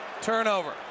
Turnover